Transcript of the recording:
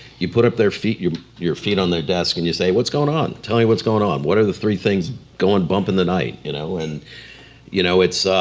you put up their feet, your your feet on their desk and you say what's goin' on? tell me what's goin' on. what are the three things goin' bump in the night you know and you know it's,